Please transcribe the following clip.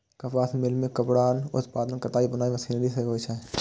कपास मिल मे कपड़ाक उत्पादन कताइ बुनाइ मशीनरी सं होइ छै